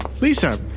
Lisa